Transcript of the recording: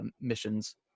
missions